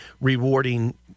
rewarding